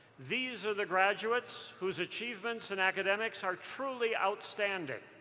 these are the graduates whose achievements in academics are truly outstanding,